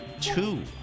two